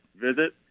visit